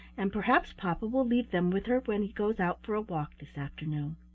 and perhaps papa will leave them with her when he goes out for a walk this afternoon.